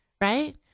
right